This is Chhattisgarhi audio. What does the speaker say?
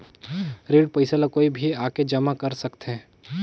ऋण पईसा ला कोई भी आके जमा कर सकथे?